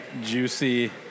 juicy